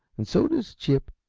and so does chip.